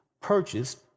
purchased